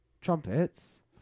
Trumpets